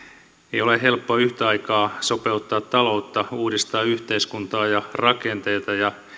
ei ole helppo yhtä aikaa sopeuttaa taloutta uudistaa yhteiskuntaa ja rakenteita ja